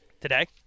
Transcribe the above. today